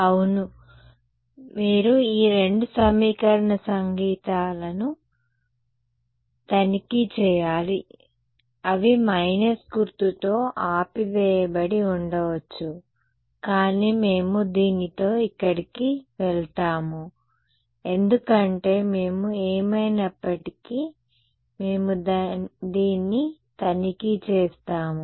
అవును మీరు ఈ రెండు సమీకరణాల సంకేతాలను తనిఖీ చేయాలి సరే అవి మైనస్ గుర్తుతో ఆపి వేయబడి ఉండవచ్చు కానీ మేము దీనితో ఇక్కడకు వెళ్తాము ఎందుకంటే మేము ఏమైనప్పటికీ మేము దీన్ని తనిఖీ చేస్తాము